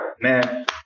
man